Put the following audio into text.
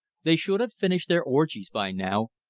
they should have finished their orgies by now,